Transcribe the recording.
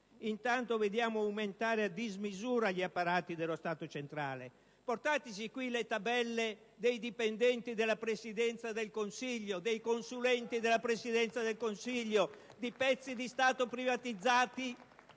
intanto aumentare a dismisura gli apparati dello Stato centrale. Portateci qui le tabelle dei dipendenti e dei consulenti della Presidenza del Consiglio e di pezzi di Stato privatizzati,